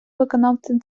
виконавцем